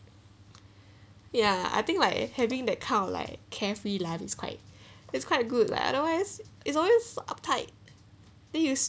ya I think like having that kind of like carefully it's quite it's quite good lah otherwise it's always uptight they use